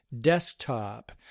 desktop